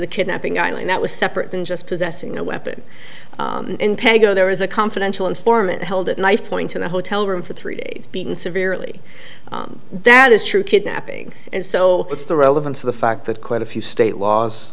the kidnapping i learned that was separate than just possessing a weapon in pay go there is a confidential informant held at knifepoint in a hotel room for three days beaten severely that is true kidnapping and so what's the relevance of the fact that quite a few state laws